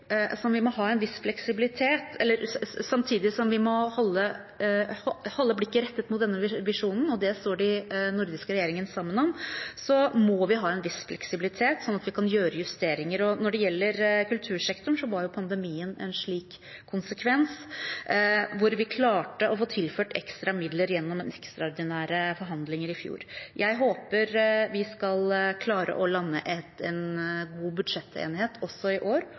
det står de nordiske regjeringene sammen om – må vi ha en viss fleksibilitet, sånn at vi kan gjøre justeringer. Når det gjelder kultursektoren, var pandemien en slik konsekvens hvor vi klarte å få tilført ekstra midler gjennom ekstraordinære forhandlinger i fjor. Jeg håper vi skal klare å lande en god budsjettenighet også i år,